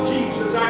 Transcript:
Jesus